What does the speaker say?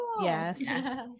yes